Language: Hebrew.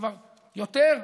כבר יותר,